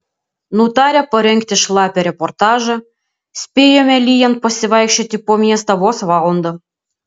nutarę parengti šlapią reportažą spėjome lyjant pasivaikščioti po miestą vos valandą